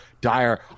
dire